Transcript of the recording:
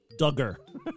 Dugger